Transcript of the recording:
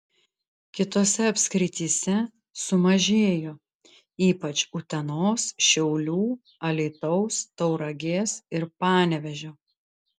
kitose apskrityse sumažėjo ypač utenos šiaulių alytaus tauragės ir panevėžio